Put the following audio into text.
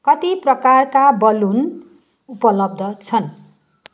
कति प्रकारका बलुन उपलब्ध छन्